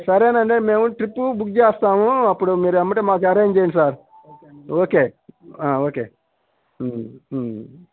సరేనండి మేము trip book చేస్తాము అప్పుడు మీరు అమ్మట మాకు అరేంజ్ చేయండి సార్ ఓకే ఓకే